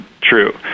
true